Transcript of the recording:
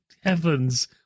heavens